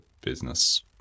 business